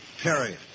period